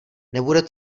nebude